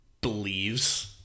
believes